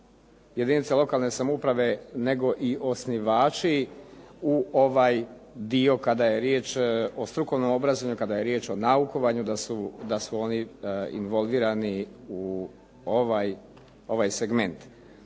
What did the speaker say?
jedinice lokalne samouprave nego i osnivači u ovaj dio kada je riječ o strukovnom obrazovanju, kada je riječ o naukovanju, da su oni involvirani u ovaj segment.